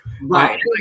Right